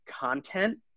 content